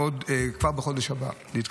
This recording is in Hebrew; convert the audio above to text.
להתכנס כבר בחודש הבא.